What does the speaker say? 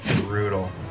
Brutal